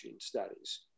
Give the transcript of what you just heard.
studies